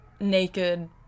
Naked